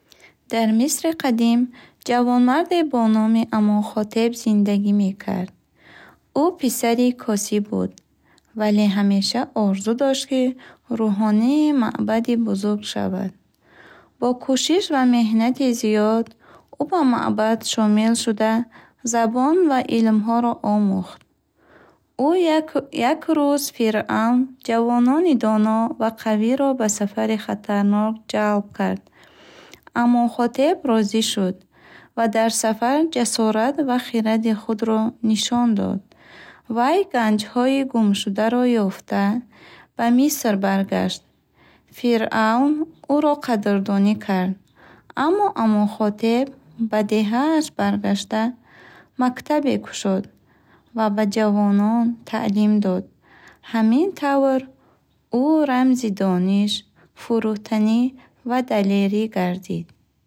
Дар Мисри Қадим ҷавонмарде бо номи Амонхотеп зиндагӣ мекард. Ӯ писари косиб буд, вале ҳамеша орзу дошт, ки рӯҳонии маъбади бузург шавад. Бо кӯшиш ва меҳнати зиёд, ӯ ба маъбад шомил шуда, забон ва илмҳоро омӯхт. Ӯ як ру- Як рӯз Фиръавн ҷавонони доно ва қавиро ба сафари хатарнок ҷалб кард. Амонхотеп розӣ шуд ва дар сафар ҷасорат ва хиради худро нишон дод. Вай ганҷҳои гумшударо ёфта, ба Миср баргашт. Фаръавн ӯро қадрдонӣ кард, аммо Амонхотеп ба деҳааш баргашта, мактабе кушод ва ба ҷавонон таълим дод. Ҳамин тавр, ӯ рамзи дониш, фурӯтанӣ ва далерӣ гардид.